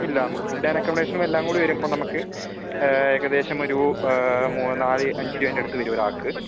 ഇല്ലാ നമുക്ക് food and ആക്കോമഡേഷനും എല്ലാം കൂടി വരുമ്പോൾ നമുക്ക് ഏകദേശമൊരു മൂന്ന് നാല് അഞ്ച് രൂപേൻ്റടുത്ത് വരും ഒരാൾക്ക്